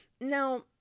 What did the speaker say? Now